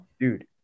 dude